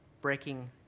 breaking